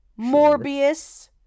Morbius